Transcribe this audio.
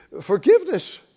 Forgiveness